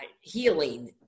healing